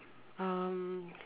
um